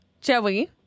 joey